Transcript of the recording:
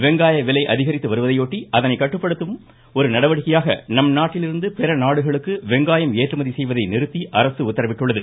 வெங்காயவிலை அதிகரித்துவருவதையொட்டி அதனை கட்டுப்படுத்தும் ஒரு நடவடிக்கையாக நம் நாட்டிலிருந்து பிற நாடுகளுக்கு வெங்காயம் ஏற்றுமதி செய்வதை நிறுத்தி அரசு உத்தரவிட்டுள்ளது